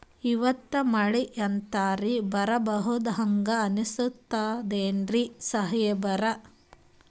ಇವತ್ತ ಮಳಿ ಎನರೆ ಬರಹಂಗ ಅನಿಸ್ತದೆನ್ರಿ ಸಾಹೇಬರ?